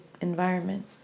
environment